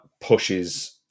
pushes